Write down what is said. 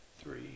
three